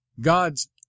God's